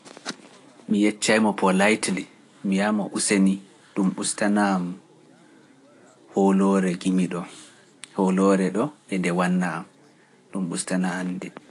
Mi yeccaa e mo poolaaitali, mi yi'a mo usani, ɗum ustanam hooloore gimi ɗo, hooloore ɗo e nde wanna am, ɗum ustanam nde.